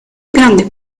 grande